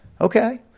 okay